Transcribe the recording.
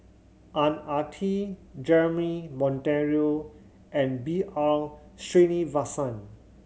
Ang Ah Tee Jeremy Monteiro and B R Sreenivasan